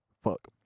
Fuck